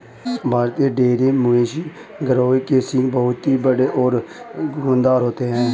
भारतीय डेयरी मवेशी गिरोह के सींग बहुत ही बड़े और घुमावदार होते हैं